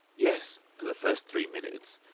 yes, for the first three minutes.